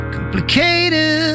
Complicated